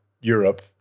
Europe